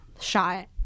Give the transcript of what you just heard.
shot